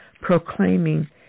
proclaiming